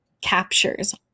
captures